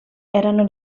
erano